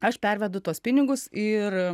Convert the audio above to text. aš pervedu tuos pinigus ir